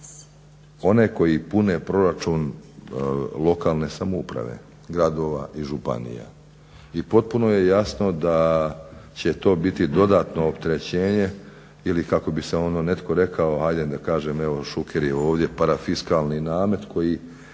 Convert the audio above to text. one koji pune proračun lokalne samouprave gradova i županija. I potpuno je jasno da će to biti dodatno opterećenje ili kako bi se, ono netko rekao, ajde da kažem, evo Šuker je ovdje, parafiskalni namet koji